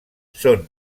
són